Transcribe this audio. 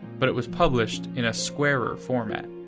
but it was published in a squarer format.